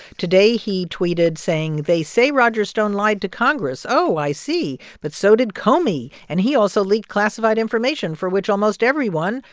today, he tweeted saying, they say roger stone lied to congress. oh, i see. but so did comey, and he also leaked classified information for which almost everyone,